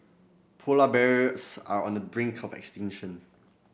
polar bears are on the brink of extinction